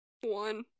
one